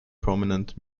prominent